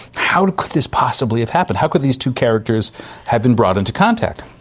how could this possibly have happened? how could these two characters have been brought into contact?